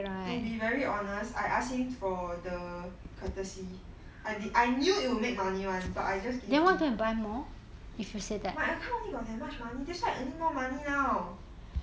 to be very honest I asked him for the courtesy I did I knew it will make money one but I just gave him my account only got that much money that's why I earning more money now